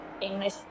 English